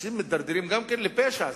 אנשים מידרדרים גם לפשע,